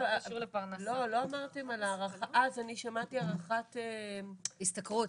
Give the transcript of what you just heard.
אני שמעתי הערכת השתכרות.